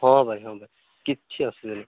ହଁ ଭାଇ ହଁ ଭାଇ କିଛି ଅସୁବିଧା ନାଇ